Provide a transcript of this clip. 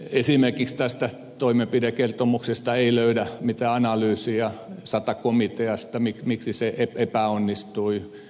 esimerkiksi tästä toimenpidekertomuksesta ei löydä mitään analyysiä sata komiteasta miksi se epäonnistui